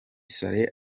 saleh